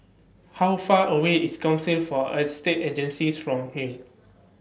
How Far away IS Council For Estate Agencies from here